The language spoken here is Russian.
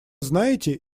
знаете